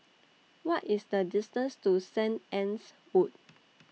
What IS The distance to Saint Anne's Wood